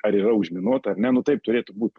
ar yra užminuota ar ne nu taip turėtų būt